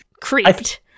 Creeped